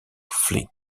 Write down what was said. fleet